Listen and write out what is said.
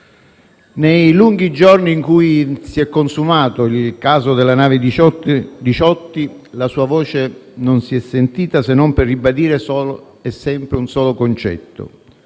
Nei lunghi giorni in cui si è consumato il caso della nave Diciotti, la sua voce non si è sentita, se non per ribadire sempre un solo concetto: